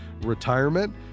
retirement